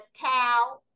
cow